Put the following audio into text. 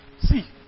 See